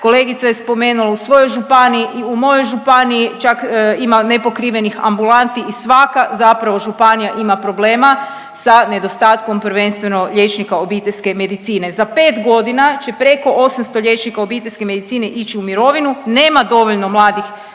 Kolegica je spomenula u svojoj županiji i u mojoj županiji čak ima nepokrivenih ambulanti i svaka zapravo županija ima problema sa nedostatkom prvenstveno liječnika obiteljske medicine. Za pet godina će preko 800 liječnika obiteljske medicine ić u mirovinu, nema dovoljno mladih